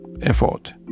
effort